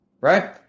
right